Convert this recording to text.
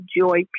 joy